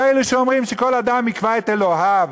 כאלה שאומרים שכל אדם יקבע את אלוהיו,